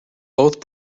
both